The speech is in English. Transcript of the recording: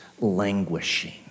languishing